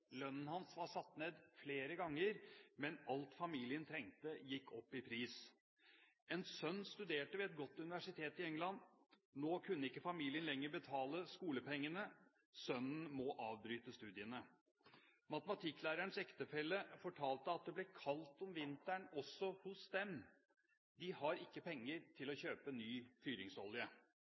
hans var satt ned flere ganger, men alt familien trengte, gikk opp i pris. En sønn studerte ved et godt universitet i England. Nå kunne ikke familien lenger betale skolepengene. Sønnen må avbryte studiene. Matematikklærerens ektefelle fortalte at det blir kaldt om vinteren også hos dem. De har ikke penger til å kjøpe ny fyringsolje.